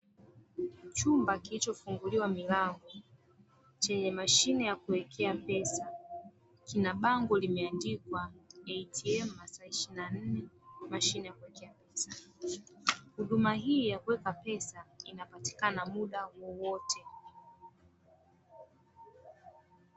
Chumba kilichofunguliwa milango, chenye mashine ya kuwekea pesa kina bango limeandikwa "ATM Mashine", huduma hii ya kuwekea pesa inapatikana muda wowote.